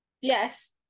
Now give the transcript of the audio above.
yes